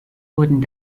wurden